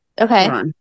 Okay